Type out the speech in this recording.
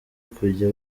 kujya